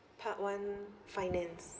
part one finance